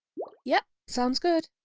yup, sounds good!